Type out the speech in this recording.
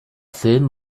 film